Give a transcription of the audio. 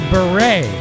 Beret